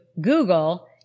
Google